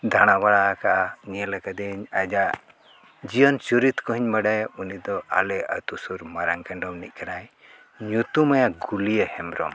ᱫᱟᱬᱟ ᱵᱟᱲᱟ ᱟᱠᱟᱫᱼᱟ ᱧᱮᱞ ᱠᱟᱫᱟᱹᱧ ᱟᱡᱟᱜ ᱡᱤᱭᱚᱱ ᱪᱚᱨᱤᱛ ᱠᱚᱦᱚᱸᱧ ᱵᱟᱰᱟᱭᱟ ᱩᱱᱤ ᱫᱚ ᱟᱞᱮ ᱟᱛᱳ ᱥᱩᱨ ᱢᱟᱨᱟᱝ ᱠᱮᱱᱰᱚᱢ ᱨᱤᱱᱤᱡ ᱠᱟᱱᱟᱭ ᱧᱩᱛᱩᱢ ᱟᱭᱟᱜ ᱜᱩᱞᱤᱭᱟᱹ ᱦᱮᱢᱵᱨᱚᱢ